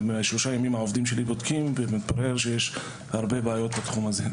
שלושה ימים העובדים שלי בודקים ומתברר שיש הרבה בעיות בתחום הזה.